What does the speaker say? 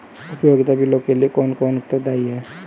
उपयोगिता बिलों के लिए कौन उत्तरदायी है?